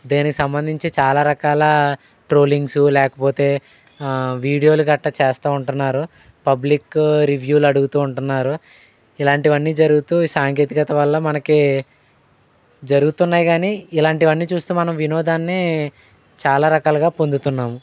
దీనికి సంబంధించి చాలా రకాల ట్రోలింగ్స్ లేకపోతే వీడియోలు గట్టా చేస్తా ఉంటున్నారు పబ్లిక్ రివ్యూలు అడుగుతూ ఉంటున్నారు ఇలాంటివన్నీ జరుగుతూ సాంకేతికత వల్ల మనకి జరుగుతున్నాయి కానీ ఇలాంటివన్నీ చూస్తూ మనం వినోదాన్ని చాలా రకాలుగా పొందుతున్నాం